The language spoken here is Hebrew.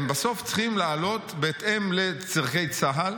הם בסוף צריכים לעלות בהתאם לצורכי צה"ל,